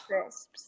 crisps